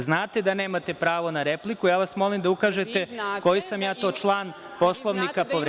Znate da nemate pravo na repliku i ja vas molim da ukažete koji sam ja to član Poslovnika povredio.